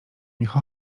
nich